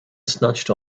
snatched